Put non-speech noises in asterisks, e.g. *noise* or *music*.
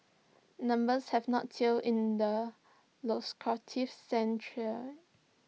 numbers have not till in the *unintelligible* sand trade